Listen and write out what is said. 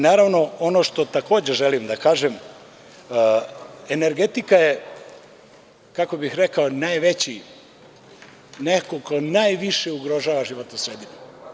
Naravno, ono što takođe želim da kažem, energetika je, kako bih rekao, neko ko najviše ugrožava životnu sredinu.